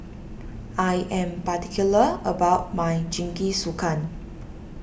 I am particular about my Jingisukan